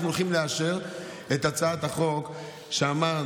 עכשיו אנחנו הולכים לאשר את הצעת החוק שאמרנו,